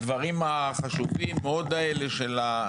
ואם היה קצת זמן לנשום מהדברים החשובים מאוד האלה --- אני